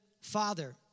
father